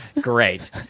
Great